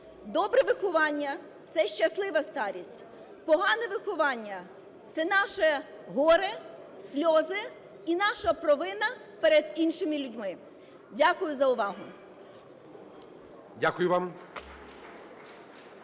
Добре виховання – це щаслива старість. Погане виховання – це наше горе, сльози і наша провина перед іншими людьми. Дякую за увагу.